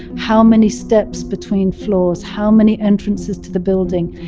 how many steps between floors? how many entrances to the building?